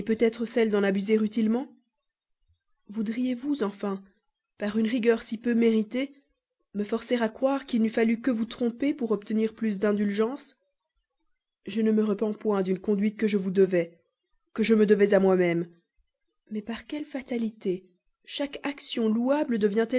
peut-être celle d'en abuser utilement voudriez-vous enfin par une rigueur si peu méritée me forcer à croire qu'il n'eût fallu que vous tromper pour obtenir plus d'indulgence je ne me repens point d'une conduite que je vous devais que je me devais à moi-même mais par quelle fatalité chaque action louable devient-elle